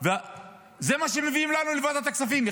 זה מה שמביאים לנו לוועדת הכספים,